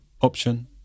option